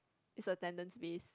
is attendance based